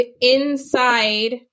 inside